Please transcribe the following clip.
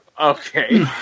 okay